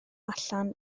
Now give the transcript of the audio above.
allan